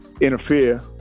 interfere